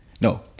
no